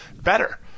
better